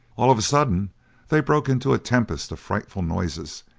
all of a sudden they broke into a tempest of frightful noises,